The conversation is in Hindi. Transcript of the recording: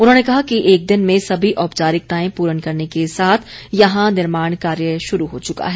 उन्होंने कहा कि एक दिन में सभी औपचारिकताएं पूर्ण करने के साथ यहां निर्माण कार्य शुरू हो चुका है